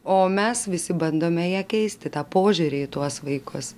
o mes visi bandome ją keisti tą požiūrį į tuos vaikus